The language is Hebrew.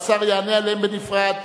והשר יענה עליהן בנפרד,